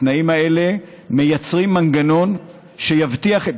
התנאים האלה מייצרים מנגנון שיבטיח את